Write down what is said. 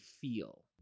feel